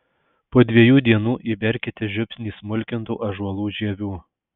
po dviejų dienų įberkite žiupsnį smulkintų ąžuolų žievių